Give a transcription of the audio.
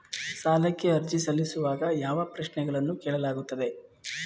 ಸಾಲಕ್ಕೆ ಅರ್ಜಿ ಸಲ್ಲಿಸುವಾಗ ಯಾವ ಪ್ರಶ್ನೆಗಳನ್ನು ಕೇಳಲಾಗುತ್ತದೆ?